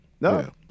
No